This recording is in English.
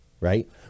right